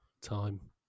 time